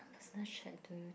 personal trait to